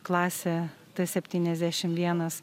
klasė t septyniasdešim vienas